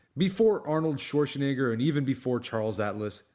before arnold schwarzenegger and even before charles atlas,